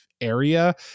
area